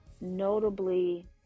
notably